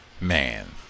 man